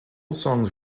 songs